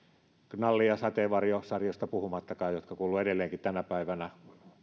knalli ja sateenvarjo sarjasta puhumattakaan joka kuuluu edelleenkin tänä päivänä